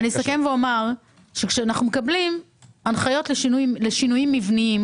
כשאנחנו מקבלים הנחיות לשינויים מבניים,